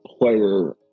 player